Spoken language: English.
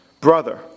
brother